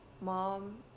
mom